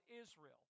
Israel